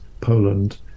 Poland